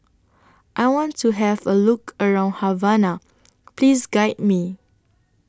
I want to Have A Look around Havana Please Guide Me